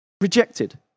Rejected